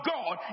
God